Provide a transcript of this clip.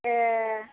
ए